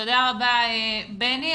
תודה רבה, בני.